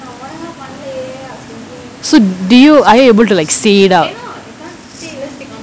so do you are you able to like say it out